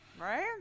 Right